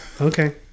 Okay